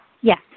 yes